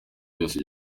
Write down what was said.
byose